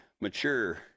mature